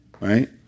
right